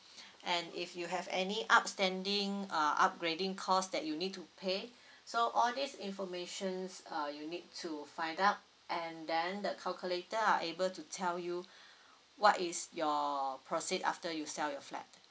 and if you have any outstanding uh upgrading cost that you need to pay so all these informations uh you need to find out and then the calculator are able to tell you what is your proceed after you sell your flat